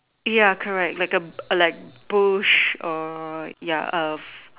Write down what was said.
ya correct like like a bush or